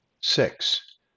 six